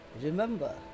remember